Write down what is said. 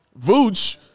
Vooch